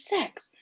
sex